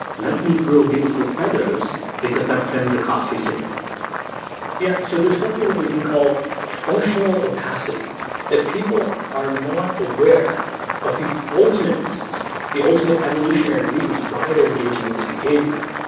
let me grow beautiful feathers because that sends a costly signal yeah. so there's something that we can call functional opacity that people are not aware of these ultimate reasons, the ultimate evolutionary reasons, why they're engaging in this behavior.